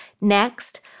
Next